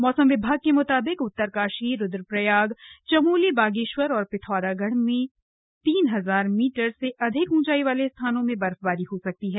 मौसम विभाग के म्ताबिक उत्तरकाशी रुद्रप्रयाग चमोली बागेश्वर और पिथौरागढ़ जिलों में तीन हजार मीटर से अधिक ऊंचाई वाले स्थानों में बर्फबारी हो सकती है